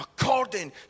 according